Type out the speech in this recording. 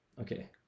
okay